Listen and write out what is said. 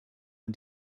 man